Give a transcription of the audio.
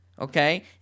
okay